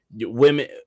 women